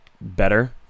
better